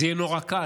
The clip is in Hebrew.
זה יהיה נורא קל,